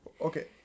Okay